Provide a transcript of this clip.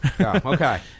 Okay